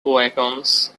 wagons